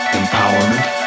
empowerment